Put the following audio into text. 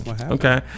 okay